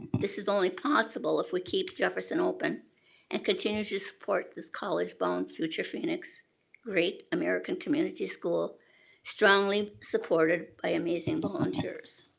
this is only possible if we keep jefferson open and continue to support this college-bound future phoenix great american community school strongly supported by amazing volunteers.